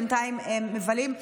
בינתיים הם מבלים,